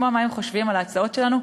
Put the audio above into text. לשמוע מה הם חושבים על ההצעות שלנו,